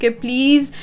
please